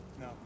No